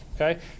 okay